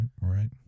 Right